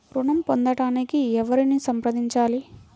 ఋణం పొందటానికి ఎవరిని సంప్రదించాలి?